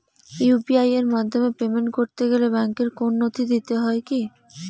UPI এর মাধ্যমে payment করতে গেলে ব্যাংকের কোন নথি দিতে হয় কি?